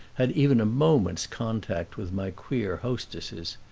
had even a moment's contact with my queer hostesses.